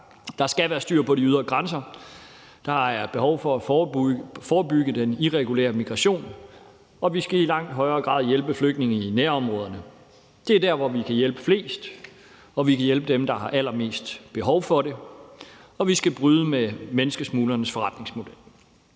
Der skal være styr på de ydre grænser. Der er behov for at forebygge den irregulære migration, og vi skal i langt højere grad hjælpe flygtninge i nærområderne. Det er der, hvor vi kan hjælpe flest, og hvor vi kan hjælpe dem, der har allermest behov for det. Og vi skal bryde med menneskesmuglernes forretningsmodel.